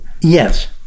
Yes